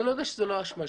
אני יודע שסאת לא אשמתכם,